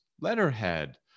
letterhead